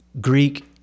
Greek